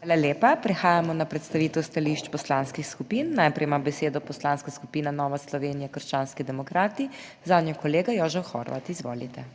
Hvala lepa. Prehajamo na predstavitev stališč poslanskih skupin. Najprej ima besedo Poslanska skupina Nova Slovenija - krščanski demokrati, zanjo kolega Jožef Horvat. Izvolite.